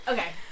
Okay